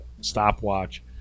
stopwatch